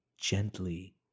gently